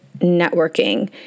networking